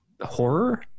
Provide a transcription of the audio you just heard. horror